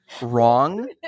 wrong